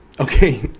Okay